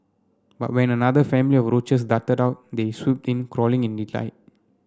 but when another family of roaches darted out they swooped in cawing in delight